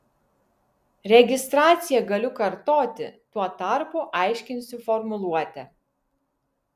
registraciją galiu kartoti tuo tarpu aiškinsiu formuluotę